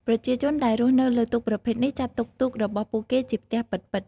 ប្រជាជនដែលរស់នៅលើទូកប្រភេទនេះ ចាត់ទុកទូករបស់ពួកគេជាផ្ទះពិតៗ។